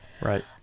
right